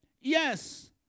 Yes